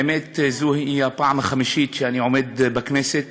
האמת, זו הפעם החמישית שאני עומד בכנסת